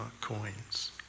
coins